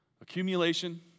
accumulation